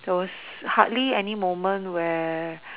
there was hardly any moment where